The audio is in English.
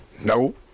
No